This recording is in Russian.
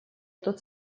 тут